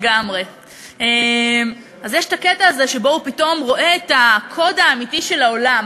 אז יש הקטע הזה שבו הוא פתאום רואה את הקוד האמיתי של העולם,